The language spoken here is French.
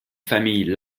famille